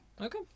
okay